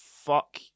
fuck